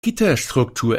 gitterstruktur